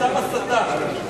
סתם הסתה.